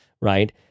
right